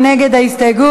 מי נגד ההסתייגות?